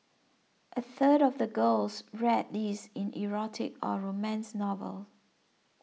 a third of the girls read these in erotic or romance novels